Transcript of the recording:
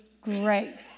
great